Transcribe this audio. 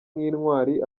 nk’intwari